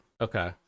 Okay